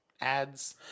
ads